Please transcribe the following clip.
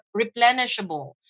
replenishable